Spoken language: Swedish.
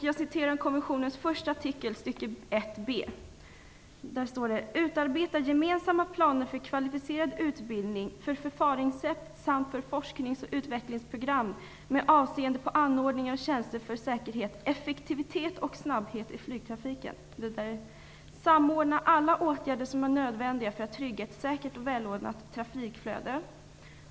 Jag citerar ur konventionens första artikel, stycke 1B: "- utarbeta gemensamma planer för kvalificerad utbildning, för förfaringssätt samt för forskningsoch utvecklingsprogram med avseende på anordningar och tjänster för säkerhet, effektivitet och snabbhet i flygtrafiken". Vidare: "Samordna alla andra åtgärder som är nödvändiga för att trygga ett säkert och välordnat trafikflöde -."